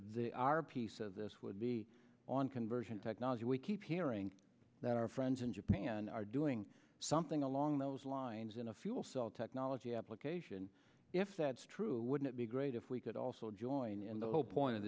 a piece of this would be on conversion technology we keep hearing that our friends in japan are doing something along those lines in a fuel cell technology application if that's true wouldn't it be great if we could also join in the whole point of